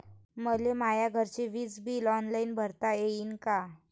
मले माया घरचे विज बिल ऑनलाईन भरता येईन का?